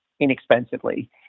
inexpensively